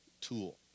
tool